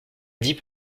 dit